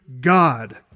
god